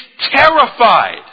terrified